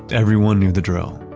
everyone knew the drill.